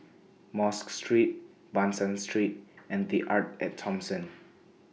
Mosque Street Ban San Street and The Arte At Thomson